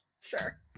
sure